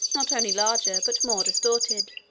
not only larger but more distorted.